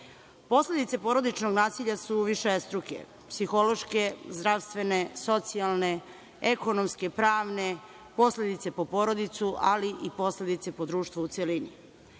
Posledice porodičnog nasilja su višestruke - psihološke, zdravstvene, socijalne, ekonomske, pravne, posledice po porodicu, ali i posledice po društvo u celini. Moramo